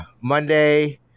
Monday